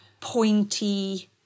pointy